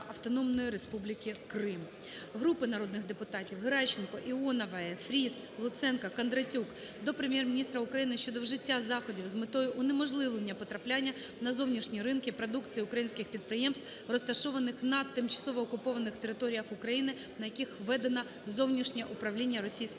Автономної Республіки Крим. Групи народних депутатів (Геращенко, Іонової, Фріз, Луценко, Кондратюк) до Прем'єр-міністра України щодо вжиття заходів з метою унеможливлення потрапляння на зовнішні ринки продукції українських підприємств, розташованих на тимчасово окупованих територіях України, на яких введено "зовнішнє управління" Російською